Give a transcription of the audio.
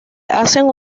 hacen